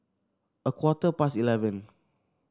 a quarter past eleven